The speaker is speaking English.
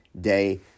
day